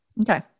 Okay